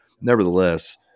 nevertheless